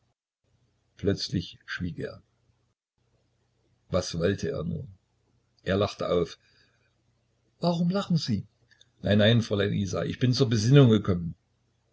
plötzlich schwieg er was wollte er nur er lachte auf warum lachen sie nein nein fräulein isa ich bin zur besinnung gekommen